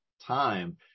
time